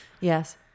Yes